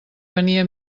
venia